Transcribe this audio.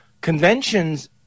conventions